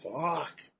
Fuck